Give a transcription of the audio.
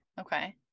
Okay